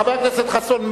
חבר הכנסת חסון,